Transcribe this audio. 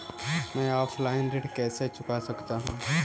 मैं ऑफलाइन ऋण कैसे चुका सकता हूँ?